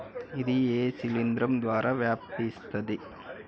ఇది ఏ శిలింద్రం ద్వారా వ్యాపిస్తది?